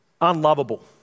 unlovable